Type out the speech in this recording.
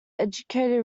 educated